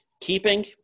Keeping